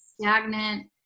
stagnant